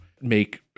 make